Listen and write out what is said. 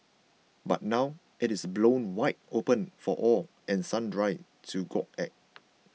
but now it is blown wide open for all and sundry to gawk at